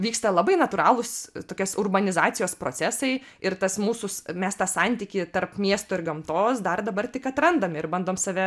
vyksta labai natūralūs tokios urbanizacijos procesai ir tas mūsų mes tą santykį tarp miesto ir gamtos dar dabar tik atrandam ir bandom save